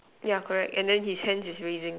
yeah correct and then his hands is raising